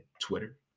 Twitter